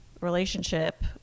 relationship